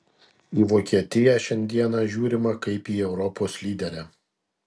į vokietiją šiandieną žiūrima kaip į europos lyderę